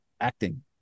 acting